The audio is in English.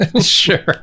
sure